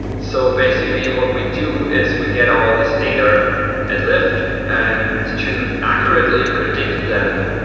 so basically, what we do is we get all this data at lyft and to accurately predict them,